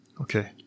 Okay